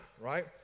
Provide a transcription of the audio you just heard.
right